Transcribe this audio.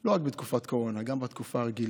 לא רק בתקופת קורונה, גם בתקופה רגילה.